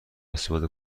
استفاده